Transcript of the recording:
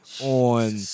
on